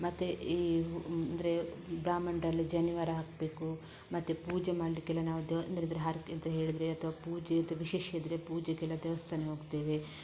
ಮತ್ತು ಈ ಅಂದರೆ ಬ್ರಾಹ್ಮಣರೆಲ್ಲ ಜನಿವಾರ ಹಾಕಬೇಕು ಮತ್ತು ಪೂಜೆ ಮಾಡಲಿಕ್ಕೆಲ್ಲ ನಾವು ದೇವ್ ಅಂದರೆ ಹರಕೆ ಅಂತ ಹೇಳಿದರೆ ಅಥವಾ ಪೂಜೆಯದು ವಿಶೇಷ ಇದ್ದರೆ ಪೂಜೆಗೆಲ್ಲ ದೇವಸ್ಥಾನ ಹೋಗ್ತೇವೆ